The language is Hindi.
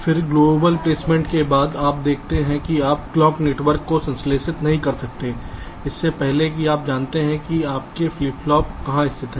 फिर वैश्विक प्लेसमेंट होने के बाद आप देखते हैं कि आप घड़ी नेटवर्क को संश्लेषित नहीं कर सकते हैं इससे पहले कि आप जानते हैं कि आपके फ्लिप फ्लॉप कहाँ स्थित हैं